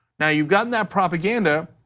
now, you've gotten that propaganda,